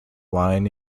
line